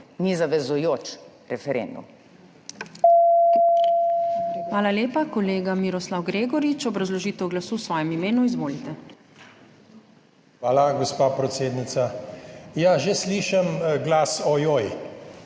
ni zavezujoč referendum.